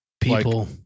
people